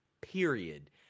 period